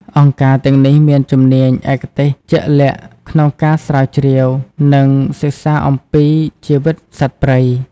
អង្គការទាំងនេះមានជំនាញឯកទេសជាក់លាក់ក្នុងការស្រាវជ្រាវ និងសិក្សាអំពីជីវិតសត្វព្រៃ។